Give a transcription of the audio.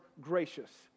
gracious